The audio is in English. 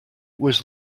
was